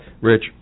Rich